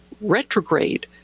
retrograde